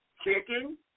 Chicken